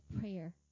prayer